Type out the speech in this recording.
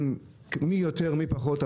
מי יותר ומי פחות,